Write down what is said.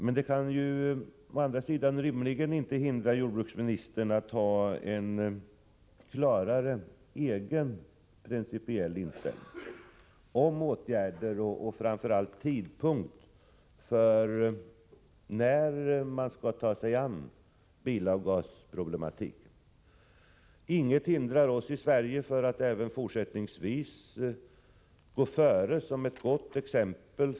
Men det kan rimligen inte hindra jordbruksministern från att ha en klar, egen principiell inställning i fråga om åtgärder i detta sammanhang och framför allt i fråga om tidpunkten för när man skall ta sig an bilavgasproblematiken. Inget hindrar oss i Sverige från att även fortsättningsvis gå före som ett gott exempel.